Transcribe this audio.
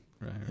Right